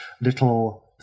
little